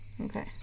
Okay